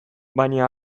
baina